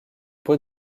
pots